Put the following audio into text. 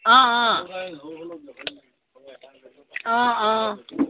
অঁ অঁ অঁ অঁ